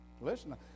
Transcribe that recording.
listen